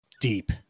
deep